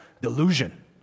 delusion